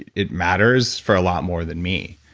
it it matters, for a lot more than me.